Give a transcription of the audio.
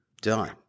done